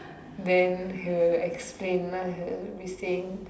then he will explain ah he will be saying